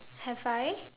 have I